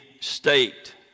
state